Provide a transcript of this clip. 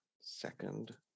Second